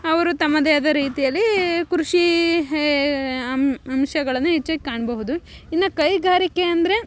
ಅವರು ತಮ್ಮದೇ ಆದ ರೀತಿಯಲ್ಲೀ ಕೃಷಿ ಹೇ ಅಂಶಗಳನ್ನು ಹೆಚ್ಚಾಗ್ ಕಾಣಬಹುದು ಇನ್ನು ಕೈಗಾರಿಕೆ ಅಂದರೆ